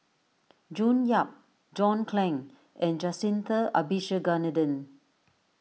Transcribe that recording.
June Yap John Clang and Jacintha Abisheganaden